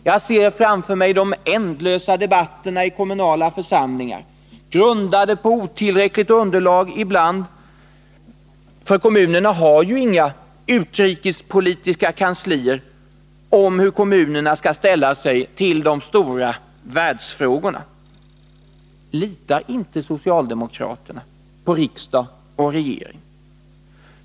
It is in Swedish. Jag ser framför mig de ändlösa debatterna i kommunala församlingar, ibland grundade på otillräckligt underlag — för kommunerna har ju inga utrikespolitiska kanslier —, om hur kommunerna skall ställa sig till de stora världsfrågorna. Litar inte socialdemokraterna på riksdag och regering?